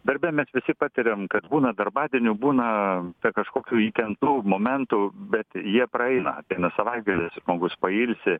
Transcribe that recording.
darbe mes visi patiriam kad būna darbadienių būna kažkokių įtemptų momentų bet jie praeina ateina savaitgalis žmogus pailsi